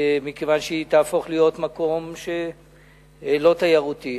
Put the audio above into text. מכיוון שהיא תהפוך להיות מקום לא תיירותי.